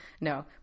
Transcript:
No